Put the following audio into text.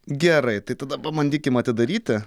gerai tai tada pabandykim atidaryti